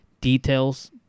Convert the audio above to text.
details